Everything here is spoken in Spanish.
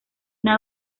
una